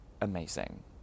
amazing